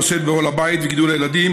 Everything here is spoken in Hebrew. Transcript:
הנושאת בעול הבית וגידול הילדים,